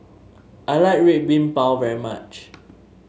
I like Red Bean Bao very much